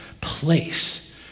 place